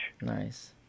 Nice